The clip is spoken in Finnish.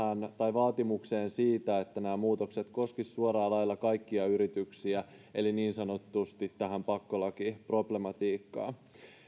vaatimukseen siitä että nämä muutokset koskisivat suoraan lailla kaikkia yrityksiä eli niin sanotusti tähän pakkolakiproblematiikkaan